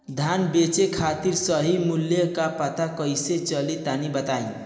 धान बेचे खातिर सही मूल्य का पता कैसे चली तनी बताई?